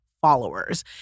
followers